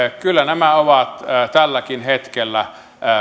kyllä nämä ovat tälläkin hetkellä